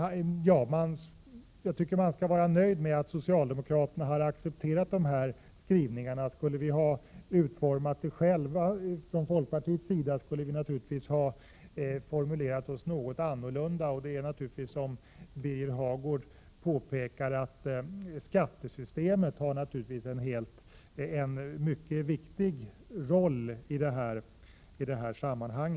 Man skall vara nöjd med att socialdemokraterna har accepterat dessa utskottets skrivningar. Hade det varit vi från folkpartiet som utformat skrivningarna, skulle vi ha formulerat oss något annorlunda. Som Birger Hagård påpekade spelar naturligtvis skattesystemet en mycket viktig roll i detta sammanhang.